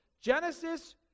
Genesis